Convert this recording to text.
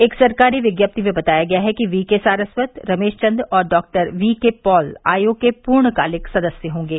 एक सरकारी विज्ञप्ति में बताया गया है कि वी के सारस्वत रमेश चन्द और डॉक्टर वी के पॉल आयोग के पूर्णकालिक सदस्य होंगे